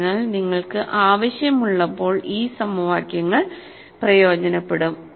അതിനാൽ നിങ്ങൾക്ക് ആവശ്യമുള്ളപ്പോൾ ഈ സമവാക്യങ്ങൾ പ്രയോജനപ്പെടും